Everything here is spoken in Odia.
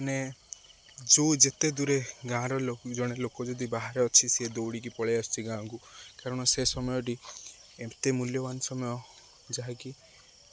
ମାନେ ଯେଉଁ ଯେତେ ଦୂରେ ଗାଁର ଜଣେ ଲୋକ ଯଦି ବାହାରେ ଅଛି ସିଏ ଦୌଡ଼ିକି ପଳେଇ ଆସୁଛି ଗାଁକୁ କାରଣ ସେ ସମୟଟି ଏତେ ମୂଲ୍ୟବାନ ସମୟ ଯାହାକି